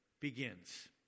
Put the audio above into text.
begins